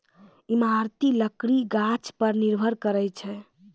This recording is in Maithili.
इमारती लकड़ी गाछ पर निर्भर करै छै